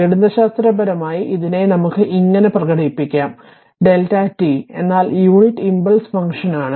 ഗണിതശാസ്ത്രപരമായി ഇതിനെ നമുക്ക് ഇങ്ങിനെ പ്രകടിപ്പിക്കാം Δ t എന്നാൽ യൂണിറ്റ് ഇംപൾസ് ഫംഗ്ഷനാണ്